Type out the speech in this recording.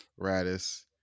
Radis